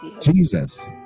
Jesus